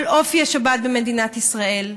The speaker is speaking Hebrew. על אופי השבת במדינת ישראל,